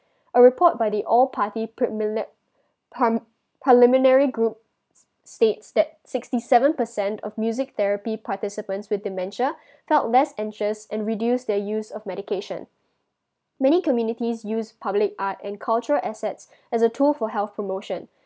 a report by the all party parlima~ par~ preliminary group s~ states that sixty seven percent of music therapy participants with dementia felt less anxious and reduced their use of medication many communities use public art and cultural assets as a tool for health promotion